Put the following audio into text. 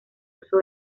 uso